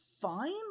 fine